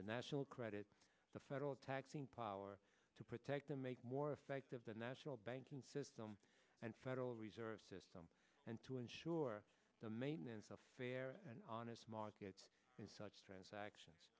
the national credit the federal taxing power to protect them make more effective the national banking system and federal reserve system and to ensure the maintenance of a fair and honest market in such transactions